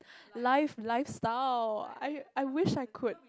life lifestyle I I wish I could